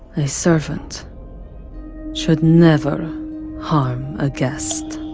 a servant should never harm a guest.